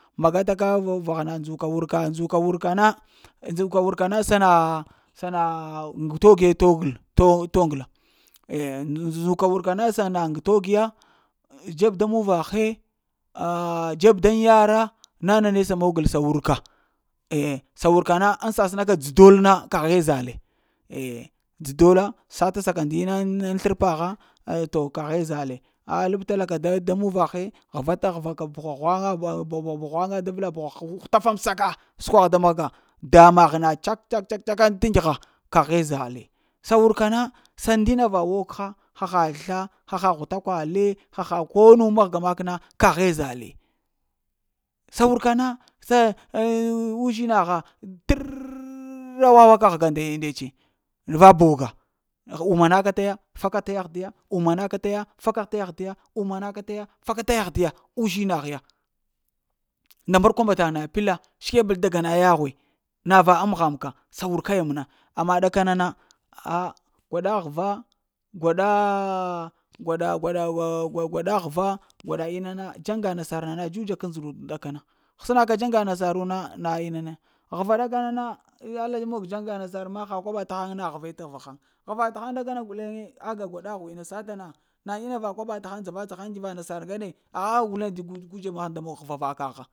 Maga ta ka vahana na ndzukaa wurka, ndzuka wurka na ndzuka wurka na sa na sa na ŋgo togo t'ŋgəl, toŋgəla eh ndzuka wurka na sana ŋa t'go ya, dzeb da muvaghe ah dzeb daŋ yara, na nane sa mogəl sa wurka eh sa wurka na ŋ sasəna ka dzə t' dola na na ye zale eh dzə dola sasaka ndina ŋ slərpa ha to kaghe zale ah labtala ka da muvaghe ghəva't-ghəvaka buha ghwaŋa bu buha ghwaŋa da vla buhu ghuitafamsaka sukwa gha da mahga da mahna na tak caka-caka ta ndəgha kaghe zale sa wurka na, sa bndina va wug gha haha sla, haha ghtakwale, haha ko nu mahga mak na kaghe zale. Sa wurka na sa a uh uzhina ha tərrr ah wawa hga nde tse va boga wa wuma na ka taya, faka taya ah didya, wuma na ka taya faka taya ahdiya, wuma na ka taya faka taya ahdiya, uzhina hya nda murkwamba taŋ na pla sebəl da gana yaghwe na va amgham ka sa wurka, ya na məna. Amma ɗakana na ah gwaɗa həva, gwaɗa ala gwaɗa-gwaɗa gwaɗa həva ah gwaɗŋa na inna na dzaŋga nasar na dzudza k ndzuɗuk ɗakana səna ka dzaŋga nasaru na na ina na ya həva ɗaka na na alla mog dzaŋga nasar ma ha kwana tahaŋ wa na həva ta həva hay ɗaka na həva ta haŋ ɗakana guleŋ aga gwaɗa ghwina sata na na ina va kwana ta haŋ dzava-dza-haŋ ŋ't'va nasar ŋgane aha guleŋ gu dzeb mahaŋ da həva va kagha